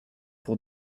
pour